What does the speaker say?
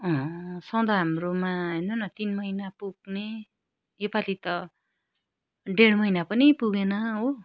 सधैँ हाम्रोमा हेर्नु न तिन महिना पुग्ने योपालि त डेढ महिना पनि पुगेन हो